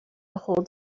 ahold